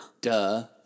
Duh